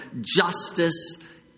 justice